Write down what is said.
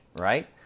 right